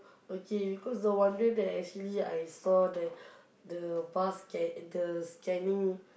okay because the one day that I actually I saw the the bus can the scanning